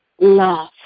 love